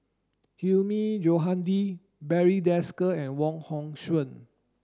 Hilmi Johandi Barry Desker and Wong Hong Suen